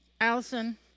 Allison